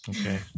Okay